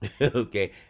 okay